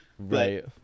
right